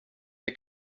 der